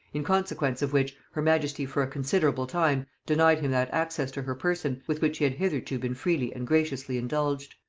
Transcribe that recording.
in consequence of which her majesty for a considerable time denied him that access to her person with which he had hitherto been freely and graciously indulged.